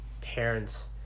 parents